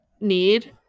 need